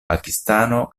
pakistano